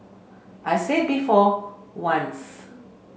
I said it before once